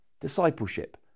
Discipleship